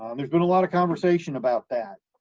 um there's been a lot of conversation about that.